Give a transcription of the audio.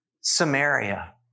Samaria